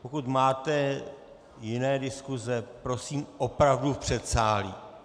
Pokud máte jiné diskuse, prosím opravdu v předsálí!